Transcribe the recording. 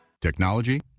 Technology